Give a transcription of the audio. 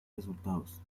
resultados